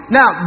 Now